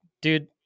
dude